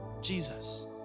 Jesus